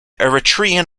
eritrean